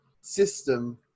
system